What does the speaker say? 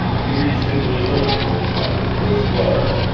he reached into his overcoat pocket for his gloves,